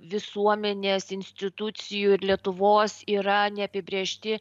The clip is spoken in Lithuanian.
visuomenės institucijų ir lietuvos yra neapibrėžti